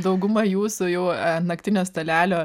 dauguma jūsų jau naktinio stalelio